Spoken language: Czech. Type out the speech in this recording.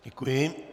Děkuji.